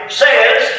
says